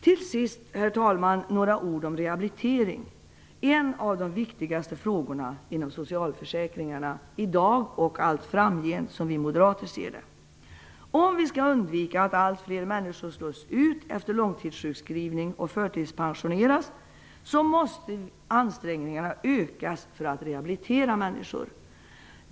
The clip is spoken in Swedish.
Till sist, herr talman, några ord om rehabilitering - en av de viktigaste frågorna inom socialförsäkringarna i dag och allt framgent, som vi moderater ser det. Om vi skall undvika att allt fler människor slås ut efter långtidssjukskrivning och förtidspensioneras, måste ansträngningarna att rehabilitera människor ökas.